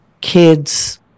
kids